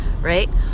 right